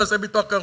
תעשה ביטוח קרסול,